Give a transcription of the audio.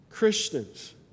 Christians